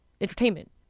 entertainment